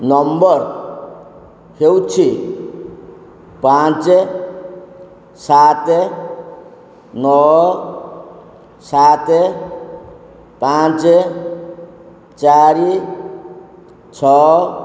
number ହେଉଛି ପାଞ୍ଚ ସାତ ନଅ ସାତ ପାଞ୍ଚ ଚାରି ଛଅ